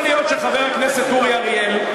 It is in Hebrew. יכול להיות שחבר הכנסת אורי אריאל,